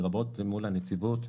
לרבות מול הנציבות,